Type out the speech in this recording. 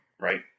right